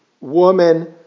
woman